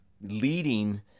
Leading